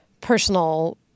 personal